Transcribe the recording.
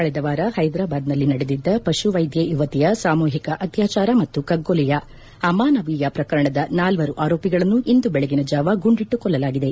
ಕಳೆದ ವಾರ ಹೈದರಾಬಾದ್ನಲ್ಲಿ ನಡೆದಿದ್ದ ಪಶುವೈದ್ದೆ ಯುವತಿಯ ಸಾಮೂಹಿಕ ಅತ್ಯಾಚಾರ ಮತ್ತು ಕಗ್ಗೊಲೆಯ ಅಮಾನವೀಯ ಪ್ರಕರಣದ ನಾಲ್ವರು ಆರೋಪಿಗಳನ್ನು ಇಂದು ಬೆಳಗಿನ ಜಾವ ಗುಂಡಿಟ್ಟು ಕೊಲ್ಲಲಾಗಿದೆ